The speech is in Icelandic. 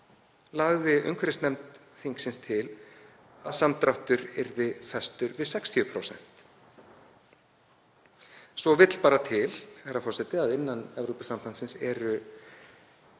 lagði umhverfisnefnd þingsins til að samdráttur yrði festur við 60%. Svo vill til, herra forseti, að innan Evrópusambandsins eru